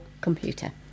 computer